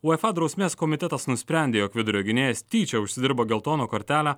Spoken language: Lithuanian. uefa drausmės komitetas nusprendė jog vidurio gynėjas tyčia užsidirbo geltoną kortelę